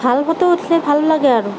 ভাল ফটো উঠিলে ভাল লাগে আৰু